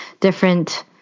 different